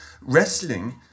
wrestling